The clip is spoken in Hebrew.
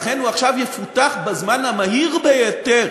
לכן הוא עכשיו יפותח בזמן המהיר ביותר